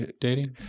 dating